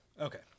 Okay